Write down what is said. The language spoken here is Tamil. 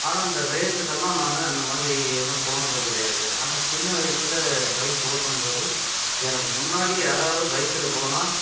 ஆனால் இந்த ரேஸ்சுக்கு எல்லாம் நான் இந்த மாதிரி எல்லாம் போனது கெடயாது ஆனா சின்ன வயசுல பைக் ஓட்டும் போது எனக்கு முன்னாடி யாராவது பைக்கில போனால்